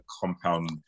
compound